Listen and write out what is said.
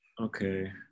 Okay